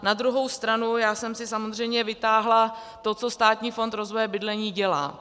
Na druhou stranu já jsem si samozřejmě vytáhla to, co Státní fond rozvoje bydlení dělá.